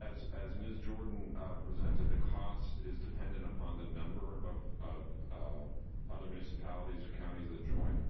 as as mrs. jordan presented, the cost is dependent upon the number of of other municipalities or counties that join